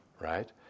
right